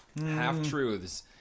Half-truths